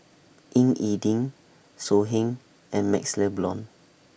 Ying E Ding So Heng and MaxLe Blond